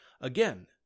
Again